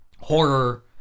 horror